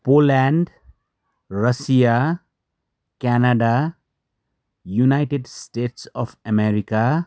Poland Russia Canada United States of America